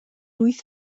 wyth